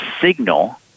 signal